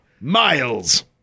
Miles